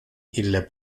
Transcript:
ille